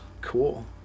cool